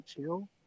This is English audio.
chill